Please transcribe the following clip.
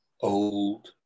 old